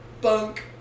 Bunk